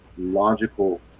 logical